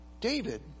David